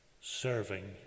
serving